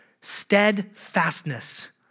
steadfastness